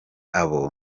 abo